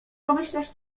pomyśleć